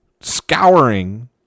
scouring